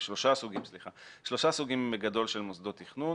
שלושה סוגים של מוסדות תכנון.